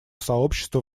сообщества